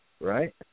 Right